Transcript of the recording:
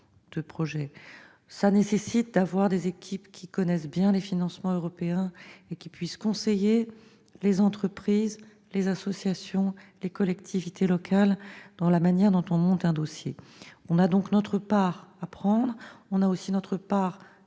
de projets. Cela nécessite d'avoir des équipes qui connaissent bien les financements européens et qui puissent conseiller les entreprises, les associations, les collectivités locales dans la manière dont on monte un dossier. Nous avons donc notre part à prendre, y compris avec, à